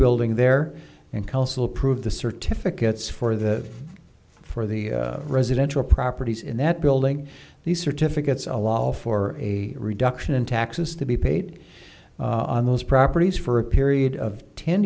building there and colorful prove the certificates for the for the residential properties in that building these certificates allow for a reduction in taxes to be paid on those properties for a period of ten